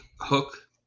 Hook